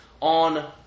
on